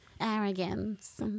arrogance